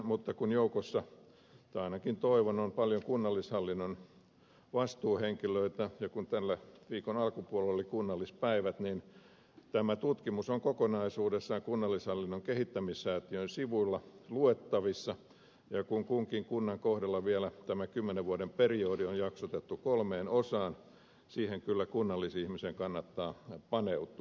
mutta kun joukossa ainakin toivon on paljon kunnallishallinnon vastuuhenkilöitä ja kun tämän viikon alkupuolella oli kunnallispäivät niin tämä tutkimus on kokonaisuudessaan kunnallishallinnon kehittämissäätiön sivuilla luettavissa ja kun kunkin kunnan kohdalla vielä tämä kymmenen vuoden periodi on jaksotettu kolmeen osaan siihen kyllä kunnallisihmisen kannattaa paneutua